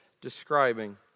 describing